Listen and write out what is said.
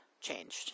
changed